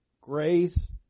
grace